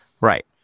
Right